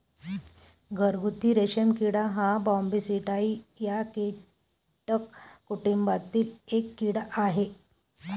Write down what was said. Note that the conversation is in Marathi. घरगुती रेशीम किडा हा बॉम्बीसिडाई या कीटक कुटुंबातील एक कीड़ा आहे